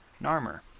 Narmer